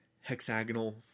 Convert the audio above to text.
hexagonal